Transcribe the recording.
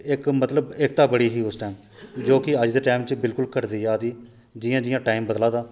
इक मतलब एकता बड़ी ही उस टैम जो कि अज्ज दे टैम च बिल्कुल घट्टदी जा'रदी जि'या जि'यां टैम बदला दा